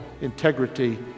integrity